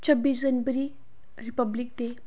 छब्बी जनवरी Republic day